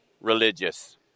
religious